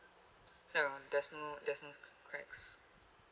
no there's no there's no cracks